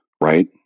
right